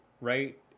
right